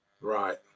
Right